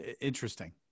Interesting